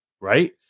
right